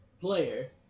player